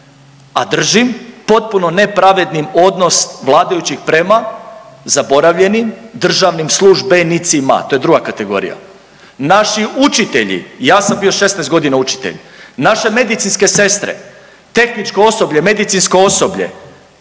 a držim potpuno nepravednim odnos vladajućih prema zaboravljenim državnim slu-žbe-ni-ci-ma, to je druga kategorija. Naši učitelji i ja sam bio 16.g. učitelj, naše medicinske sestre, tehničko osoblje, medicinsko osoblje,